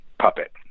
puppet